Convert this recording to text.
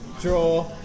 draw